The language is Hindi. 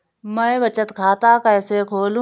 मैं बचत खाता कैसे खोलूँ?